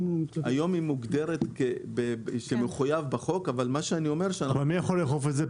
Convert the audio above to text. היום היא מוגדרת כמחויבת בחוק אבל אני אומר --- מי יכול לאכוף את זה?